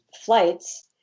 flights